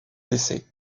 décès